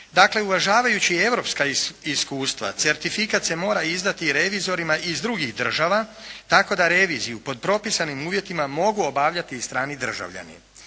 Dakle, uvažavajući europska iskustva certifikat se mora izdati i revizorima iz drugih država, tako da reviziju pod propisanim uvjetima mogu obavljati i strani državljani.